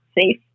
safe